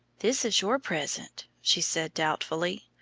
this is your present, she said, doubtfully.